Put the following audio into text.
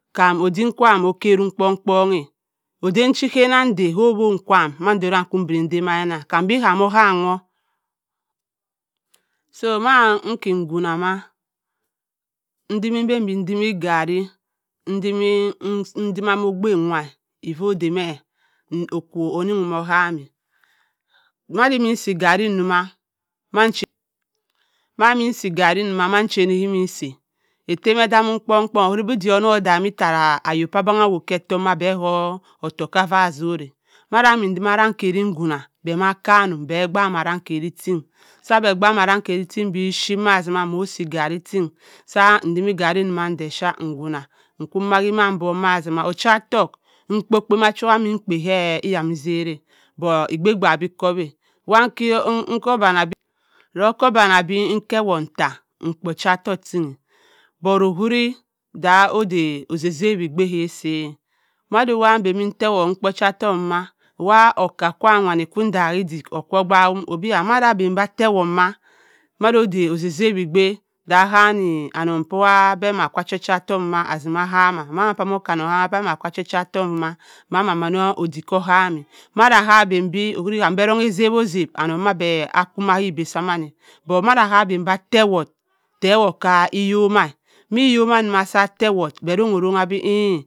. Kaam odim kwaan ọkarom kpon-kpon-a ạdan chira da ko owonn kan odo kki da mah odi kam obham wọ so mah ẹkẹwunna ma odimmi bẹn-bẹ edimmi igari edimmi ogbu waa ova da mẹ okur ọninum ọham-a madime si igari mau maiha madinẹ si igari nna manchanni kimme si-a ettem edammum kpon-kpon owuri dẹ onnong odammi hara ayok pa bọng aa kke ettomah bẹ ma kk ohouk kavaa zura manda emmi zimm aranng karri wonna bẹ ma kamum bẹ kpak arrang kani ting sa bẹ nn ẹzẹ ephy nn ownna nnko wagho ka obok mazima ochaọttọhk m. kpa-kpa muchu a mi mkpa mẹ iyamizett-a but agbh bẹ bi kọp-a wakinn no kko oanna bi etewott ntta m’kpa ocha ọttọuk ting-a but owuri ma oda oza-zawi ogbu kẹ woo si maduwa etewott emkpa ocha ottoku wa okka kwaam wani kwu odanm odik okko okpa-mm madua bẹnbi atte wott ma, mado da oza-zawi ogbu da wanni onnong paa akko ochiocha ottoth wa asimma ahamma mamman okyi annong ahamma kwa ma kko eronng-ezawi-ọzap onnong bạ bẹ akko kẹ bẹ samman-a but madaa bẹnbi attewott ttewott kka eyo mamm m’eyomamm sa ttewott bẹ ronnong oronnang bẹ ieẹ